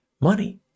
money